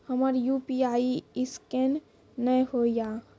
हमर UPI scan नेय हो या?